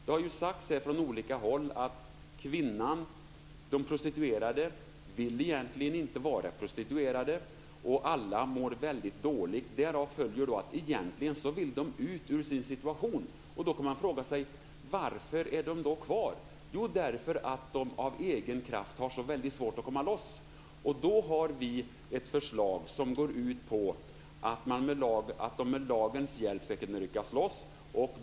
Det har sagts från olika håll att de prostituerade egentligen inte vill vara prostituerade. Alla mår väldigt dåligt. Därav följer att de egentligen vill ut ur sin situation. Då kan man fråga sig varför de är kvar. Jo, det beror på att de har så väldigt svårt att komma loss av egen kraft. Vi har ett förslag som går ut på att de med lagens hjälp ska kunna ryckas loss.